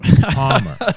Palmer